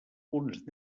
punts